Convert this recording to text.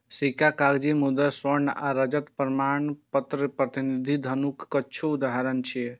सिक्का, कागजी मुद्रा, स्वर्ण आ रजत प्रमाणपत्र प्रतिनिधि धनक किछु उदाहरण छियै